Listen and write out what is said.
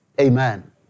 Amen